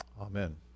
Amen